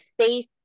space